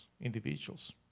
individuals